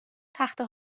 تخته